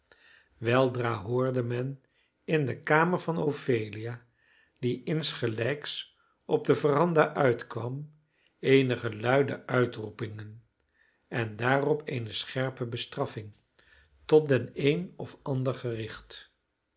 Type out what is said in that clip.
weldra hoorde men in de kamer van ophelia die insgelijks op de veranda uitkwam eenige luide uitroepingen en daarop eene scherpe bestraffing tot den een of ander gericht